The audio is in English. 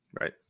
Right